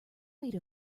made